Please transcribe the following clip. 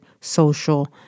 social